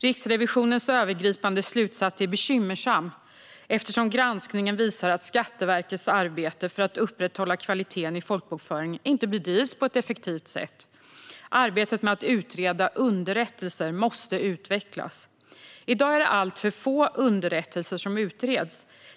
Riksrevisionens övergripande slutsats är bekymmersam eftersom granskningen visar att Skatteverkets arbete för att upprätthålla kvaliteten i folkbokföringen inte bedrivs på ett effektivt sätt. Arbetet med att utreda underrättelser måste utvecklas. I dag är det alltför få underrättelser som utreds.